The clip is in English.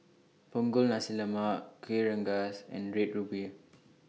Punggol Nasi Lemak Kueh Rengas and Red Ruby